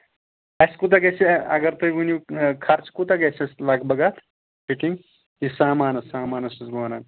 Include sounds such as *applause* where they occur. اَسہِ کوٗتاہ گژھِ اَگر تُہۍ ؤنِو خَرچہٕ کوٗتاہ گژھِ اَسہِ لگ بگ اَتھ *unintelligible* یہِ سَمانَس یہِ سَمانس چھُس بہٕ ونان